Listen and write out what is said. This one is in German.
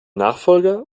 nachfolger